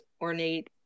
ornate